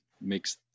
makes